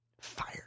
Fire